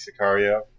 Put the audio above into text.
Sicario